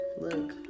look